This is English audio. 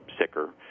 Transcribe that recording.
sicker